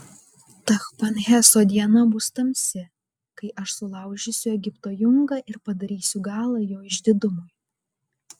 tachpanheso diena bus tamsi kai aš sulaužysiu egipto jungą ir padarysiu galą jo išdidumui